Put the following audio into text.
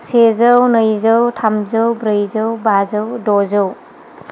सेजौ नैजौ थामजौ ब्रैजौ बाजौ द'जौ